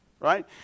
Right